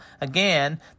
Again